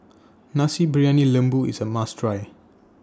Nasi Briyani Lembu IS A must Try